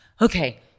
okay